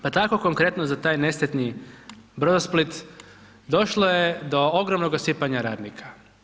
Pa tako konkretno za taj nesretni Brodosplit, došlo je do ogromnog rasipanja radnika.